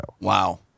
Wow